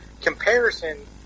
comparison